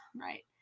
right